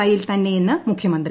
കൈയ്യിൽ തന്നെയെന്ന് മുഖ്യ്മന്ത്രി